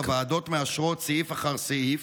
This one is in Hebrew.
הוועדות מאשרות סעיף אחר סעיף,